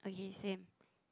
okay same